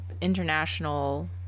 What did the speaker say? international